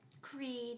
Creed